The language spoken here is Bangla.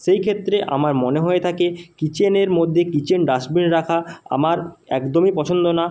সেই ক্ষেত্রে আমার মনে হয়ে থাকে কিচেনের মধ্যে কিচেন ডাস্টবিন রাখা আমার একদমই পছন্দ না